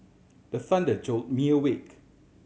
the thunder jolt me awake